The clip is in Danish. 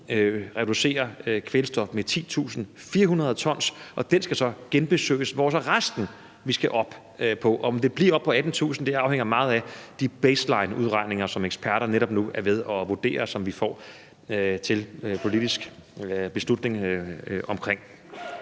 reducerer kvælstof med 10.400 t, og den skal så genbesøges. Hvor er så resten, vi skal op på? Om det kommer op på 18.000 t, afhænger meget af de baselineudregninger, som eksperterne netop nu er ved at vurdere, og som vi når til politisk beslutning om.